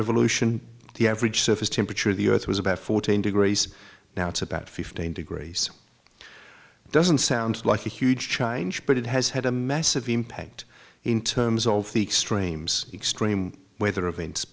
revolution the average surface temperature of the earth was about fourteen degrees now it's about fifteen degrees it doesn't sound like a huge china but it has had a massive impact in terms of the extremes extreme weather events